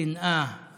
שנאה